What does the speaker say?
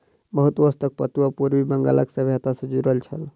बहुत वर्ष तक पटुआ पूर्वी बंगालक सभ्यता सॅ जुड़ल छल